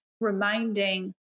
reminding